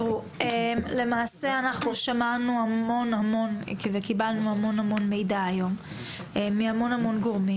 למעשה שמענו המון וקיבלנו המון מידע מהמון גורמים.